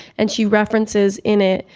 and she references in it,